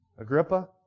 Agrippa